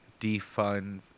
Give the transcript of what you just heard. defund